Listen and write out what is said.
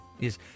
Yes